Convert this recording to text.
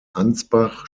ansbach